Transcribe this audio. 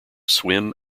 swim